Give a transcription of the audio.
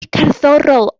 cerddorol